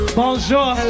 bonjour